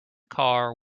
car